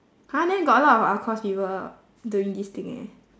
!huh! then got a lot of our course people doing this thing eh